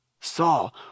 Saul